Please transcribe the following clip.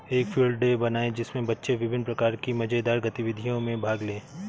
एक field day बनाएं जिसमें बच्चे विभिन्न प्रकार की मजेदार गतिविधियों में भाग लें